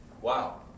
Wow